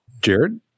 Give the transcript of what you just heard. Jared